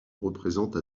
représente